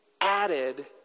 added